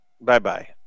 bye-bye